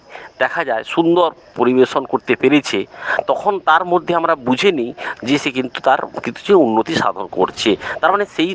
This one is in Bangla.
দেখা যায় সুন্দর পরিবেশন করতে পেরেছে তখন তার মধ্যে আমরা বুঝে নিই যে সে কিন্তু তার কিন্তু সে উন্নতি সাধন করছে তার মানে সেই